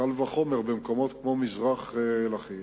קל וחומר במקומות כמו מזרח לכיש,